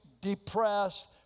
depressed